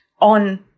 on